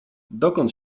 dokąd